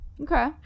Okay